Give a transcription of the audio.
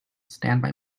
standby